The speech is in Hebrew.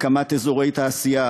הקמת אזורי תעשייה,